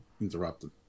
interrupted